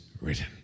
written